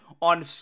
on